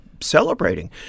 celebrating